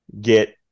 get